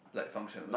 like function well